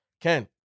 Ken